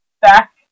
back